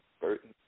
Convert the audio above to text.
Burton